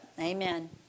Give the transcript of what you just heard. Amen